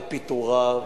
על פיטוריו.